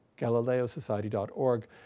GalileoSociety.org